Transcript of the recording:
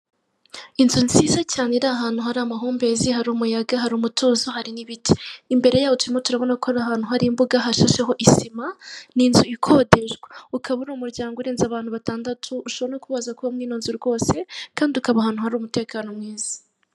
Inzu nziza cyane iri ahantu hari amahumbezi, hari umuyaga hari umutuzo hari n'ibiti. Imbere yayo turimo turabona ko ari ahantu hari imbuga ishasheho sima, ni inzu ikodeshwa, ukaba uri umuryango urenze abantu batandatu, ushobora no kuba waza waza ukaba mwino inzu rwose kandi ukaba ahantu hari umutekano mwiza.